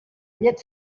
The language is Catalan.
llet